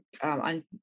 on